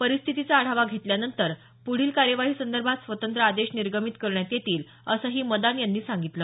परिस्थितीचा आढावा घेतल्यानंतर पुढील कार्यवाहीसंदर्भात स्वतंत्र आदेश निर्गमित करण्यात येतील असंही मदान यांनी सांगितलं